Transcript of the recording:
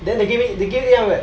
then they giv~ give 一样 eh